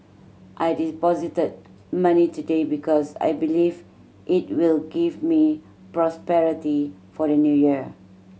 I deposited money today because I believe it will give me prosperity for the New Year